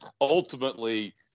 ultimately